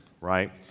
right